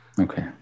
Okay